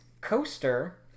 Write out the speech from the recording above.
coaster